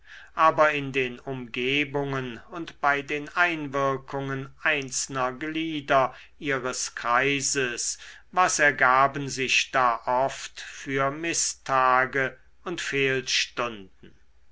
aber in den umgebungen und bei den einwirkungen einzelner glieder ihres kreises was ergaben sich da oft für mißtage und